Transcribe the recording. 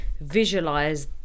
visualize